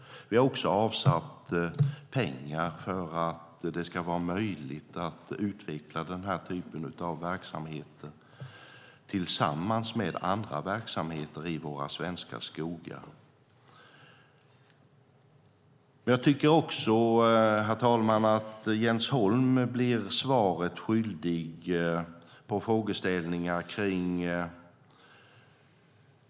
Vi har också avsatt pengar för att det ska vara möjligt att utveckla denna typ av verksamheter tillsammans med andra verksamheter i våra svenska skogar. Herr talman! Jag tycker att Jens Holm blir svaret skyldig när det gäller vissa frågeställningar.